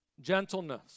Gentleness